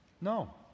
no